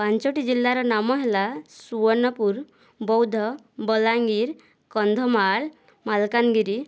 ପାଞ୍ଚଟି ଜିଲ୍ଲାର ନାମ ହେଲା ସୁବର୍ଣ୍ଣପୁର ବୌଦ୍ଧ ବଲାଙ୍ଗୀର କନ୍ଧମାଳ ମାଲକାନଗିରି